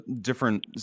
different